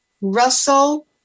Russell